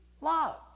loved